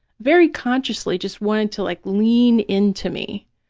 very consciously just wanted to like lean into me.